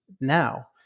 now